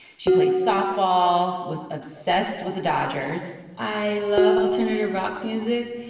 she played softball, was obsessed with the dodgers i love alternative rock music.